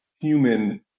human